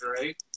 Right